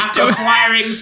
acquiring